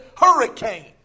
hurricane